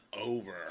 over